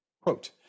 Quote